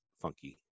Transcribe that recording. funky